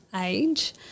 age